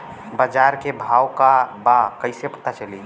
बाजार के भाव का बा कईसे पता चली?